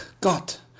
Gott